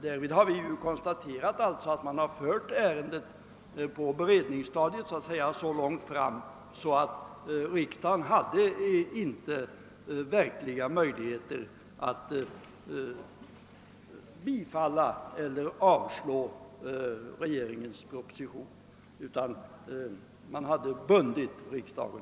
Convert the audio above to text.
Därvid har vi konstaterat att ärendena på beredningsstadiet hade förts så långt fram att riksdagen inte har haft några möjligheter att välja mellan att bifalla eller avslå regeringens proposition; man hade bundit riksdagen.